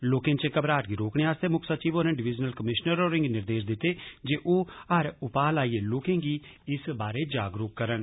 लोकें च डर त्राह गी रोकने आस्ते मुक्ख सचिव होरें डिविजनल कमीश्नर होरें गी निर्देश दिते जे ओ हर उपा लाइयै लोकें गी इस बारै जागरुक करन